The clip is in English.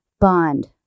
Bond